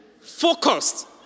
focused